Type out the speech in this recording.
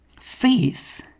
Faith